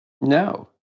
No